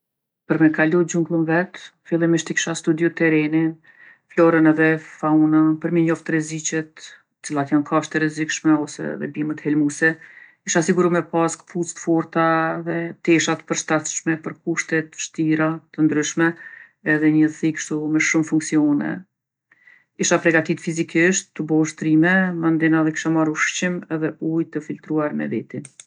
Për me kalu xhungllën vet fillimisht e kisha studiju terrenin, florën edhe faunën për m'i njoftë rreziqet, cillat jon kafshtë e rrezikshme ose edhe bimët helmuse. Isha siguru me pasë kpucë t'forta dhe tesha t'përshtatshme për kushte t'vshtira, t'ndryshme edhe një thikë kshtu me shumë funksione. Isha pregatitë fizikisht tu bo ushtrime, mandena edhe kisha marrë ushqim edhe ujë të filtruar me veti.